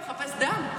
הוא מחפש דם.